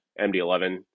MD-11